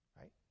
Right